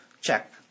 Check